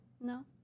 No